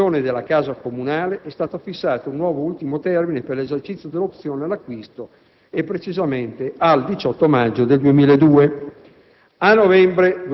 nonché l'occupazione della casa comunale, è stato fissato un nuovo ultimo termine per l'esercizio dell'opzione all'acquisto al 18 maggio 2002.